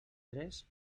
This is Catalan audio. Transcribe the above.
tres